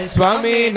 Swami